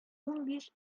унбиш